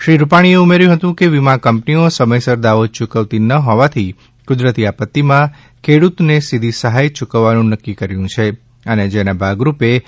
શ્રી રૂપાણીએ ઉમેર્યું હતું કે વીમા કંપનીઓ સમયસર દાવો યૂકવતી ન હોવાથી કુદરતી આપત્તિમાં ખેડૂતને સીધી સહાય ચુકવવાનું નક્કી કર્યુ છે અને જેના ભાગરૂપે રૂ